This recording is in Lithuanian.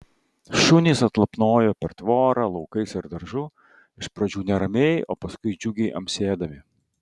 šunys atlapnojo per tvorą laukais ir daržu iš pradžių neramiai o paskui džiugiai amsėdami